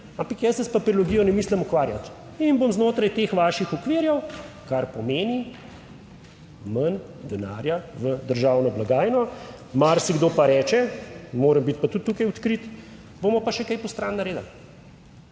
ampak jaz se s papirologijo ne mislim ukvarjati in bom znotraj teh vaših okvirjev, kar pomeni manj denarja v državno blagajno. Marsikdo pa reče - moram biti pa tudi tukaj odkrit -, bomo pa še kaj postrani naredili.